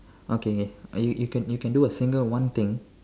okay uh you you can you can do a single one thing